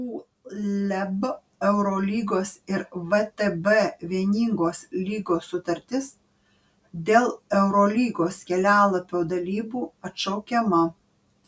uleb eurolygos ir vtb vieningos lygos sutartis dėl eurolygos kelialapio dalybų atšaukiama